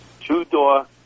two-door